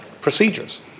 procedures